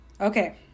Okay